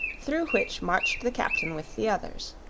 through which marched the captain with the others.